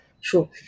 sure